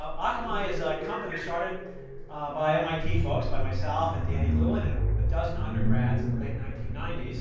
um akamai is a company started by mit folks by myself, and danny lewin, and um a dozen undergrads in the late nineteen ninety s.